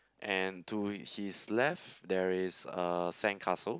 and to his left there is a sandcastle